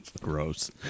Gross